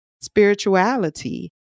spirituality